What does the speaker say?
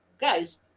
guys